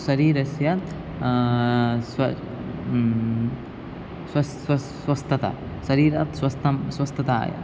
शरीरस्य स्व स्वस्थता स्वस्थता स्वस्थता शरीरस्य स्वास्थ्यं स्वस्थतायाः